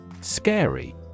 Scary